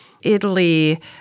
Italy